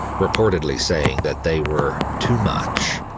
reportedly saying that they were too much.